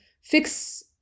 fix